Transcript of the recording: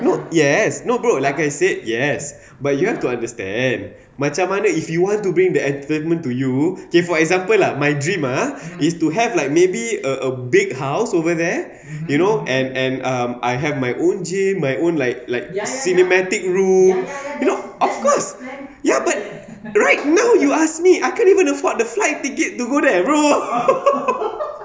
no yes no bro like I said yes but you have to understand macam mana if you want to bring the entertainment to you okay for example lah like my dream is to have like maybe a a big house over there you know and and um I have my own gym my own like like you cinematic rule you know of course ya but right now you ask me I can't even afford the flight ticket to go there bro